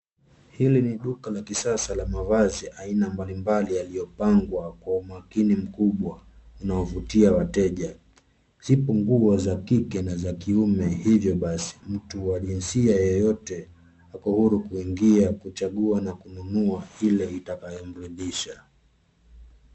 Hili ni duka la kisasa la mavazi aina mbali mbali yaliyopangwa kwa umakini mkubwa unaovutia wateja. Zipo nguo za kike na za kiume, hivyo basi mtu wa jinsia yeyote ako huru kuingia, kuchagua na kununua ile itakayomridhisha.